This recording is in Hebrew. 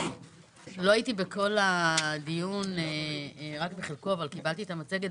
לא הייתי בכל הדיון אלא רק בחלקו אבל קיבלתי את המצגת.